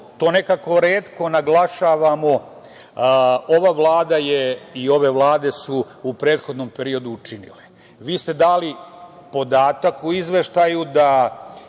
to nekako retko naglašavamo, ova Vlada i ove vlade su u prethodnom periodu učinile. Vi ste dali podatak u izveštaju, da